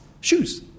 shoes